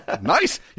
Nice